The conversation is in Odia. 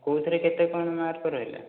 କେଉଁଥିରେ କେତେ କ'ଣ ମାର୍କ୍ ରହିଲା